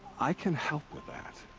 i can help with that.